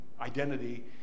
Identity